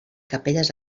capelles